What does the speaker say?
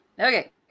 Okay